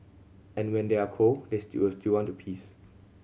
and when they are cold they still want to piss